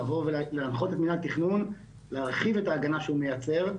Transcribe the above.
לבוא ולהנחות את מנהל תכנון להרחיב את ההגנה שהוא מייצר,